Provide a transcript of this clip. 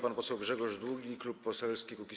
Pan poseł Grzegorz Długi, Klub Poselski Kukiz’15.